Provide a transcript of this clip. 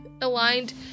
aligned